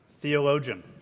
theologian